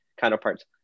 counterparts